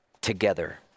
together